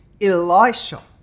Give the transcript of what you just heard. Elisha